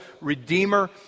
redeemer